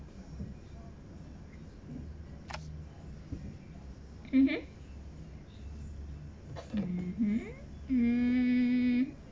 mmhmm mmhmm mm